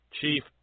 Chief